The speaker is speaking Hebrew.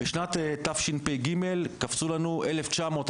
בשנת תשפ"ג קפצו לנו 1901